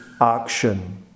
action